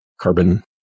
carbon